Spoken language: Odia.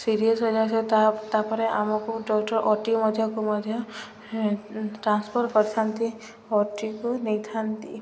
ସିରିୟସ୍ ହେଇ ଯାଇ ସେ ତା'ପରେ ଆମକୁ ଡକ୍ଟର ଓ ଟି ମଧ୍ୟକୁ ମଧ୍ୟ ଟ୍ରାନ୍ସଫର୍ କରିଥାନ୍ତି ଓଟିକୁ ନେଇଥାନ୍ତି